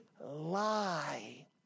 lie